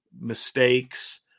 mistakes